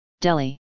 Delhi